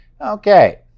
Okay